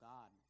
God